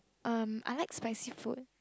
um I like spicy food